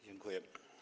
Dziękuję.